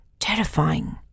terrifying